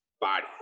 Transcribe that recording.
body